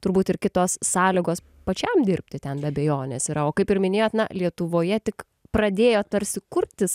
turbūt ir kitos sąlygos pačiam dirbti ten be abejonės yra o kaip ir minėjot na lietuvoje tik pradėjo tarsi kurtis